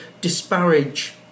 disparage